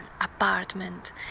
apartment